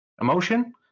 emotion